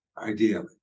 Ideally